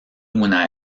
una